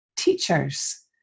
teachers